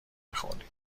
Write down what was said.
میخوردیم